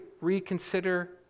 reconsider